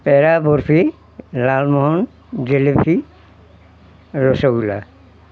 পেৰা barfi lalmohan jalebi rasgulla